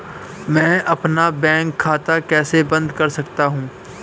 मैं अपना बैंक खाता कैसे बंद कर सकता हूँ?